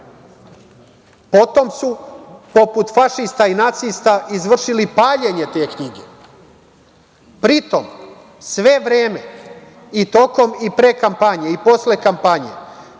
Potom su poput fašista i nacista izvršili paljenje te knjige. Pri tom sve vreme i tokom i pre kampanje i posle kampanje